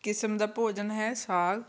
ਕਿਸਮ ਦਾ ਭੋਜਨ ਹੈ ਸਾਗ